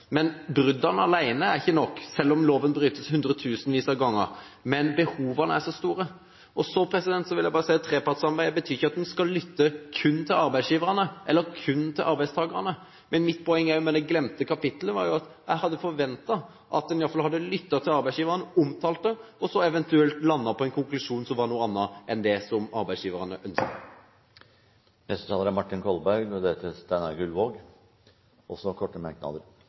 store. Så vil jeg bare si at når det gjelder trepartssamarbeidet, betyr ikke det at en kun skal lytte til arbeidsgiverne eller kun til arbeidstakerne. Mitt poeng med det glemte kapittelet er at jeg hadde forventet at en i hvert fall hadde lyttet til arbeidsgiverne, omtalt det, og så eventuelt landet på en konklusjon, som var noe annet enn det som arbeidsgiverne ønsket. Representanten Martin Kolberg har hatt ordet to ganger tidligere og